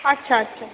আচ্ছা আচ্ছা